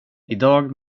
idag